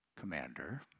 commander